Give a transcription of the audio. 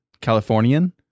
Californian